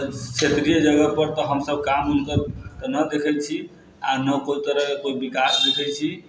क्षेत्रीय जगह पर तऽ हम सभ काम हुनकर तऽ न देखै छी आ नहि कोइ तरहके कोइ विकास देखै छी